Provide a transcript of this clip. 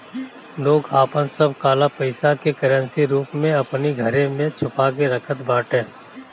लोग आपन सब काला पईसा के करेंसी रूप में अपनी घरे में छुपा के रखत बाटे